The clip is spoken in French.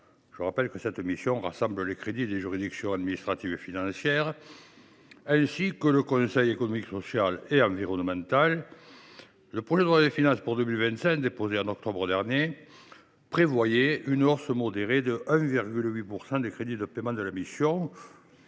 et contrôle de l’État », qui rassemble les crédits des juridictions administratives et financières, ainsi que du Conseil économique, social et environnemental (Cese). Le projet de loi de finances pour 2025 déposé en octobre dernier prévoyait une hausse modérée de 1,8 % des crédits de paiement de la mission